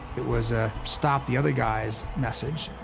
it was a stop the other guys message.